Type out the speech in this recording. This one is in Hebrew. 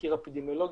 תחקיר אפידמיולוגי,